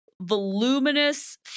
voluminous